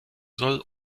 soll